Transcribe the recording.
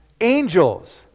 Angels